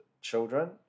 children